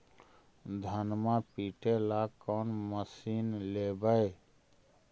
धनमा पिटेला कौन मशीन लैबै?